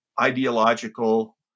ideological